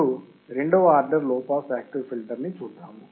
ఇప్పుడు రెండవ ఆర్డర్ లో పాస్ యాక్టివ్ ఫిల్టర్ని చూద్దాం